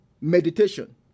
Meditation